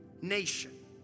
nation